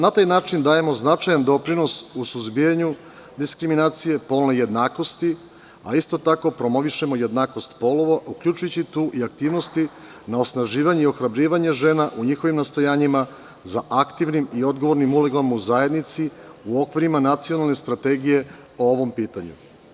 Na taj način dajemo značajan doprinos u suzbijanju diskrimacije, polne jednakosti, a isto tako promovišemo i jednakost polova, uključujući tu i aktivnosti na osnaživanju i ohrabrivanju žena u njihovim nastojanjima za aktivnom i odgovornom ulogom u zajednici u okvirima Nacionalne strategije po ovom pitanju.